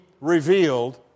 revealed